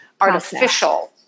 artificial